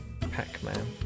Pac-Man